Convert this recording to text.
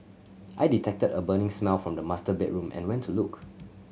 I detected a burning smell from the master bedroom and went to look